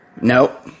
Nope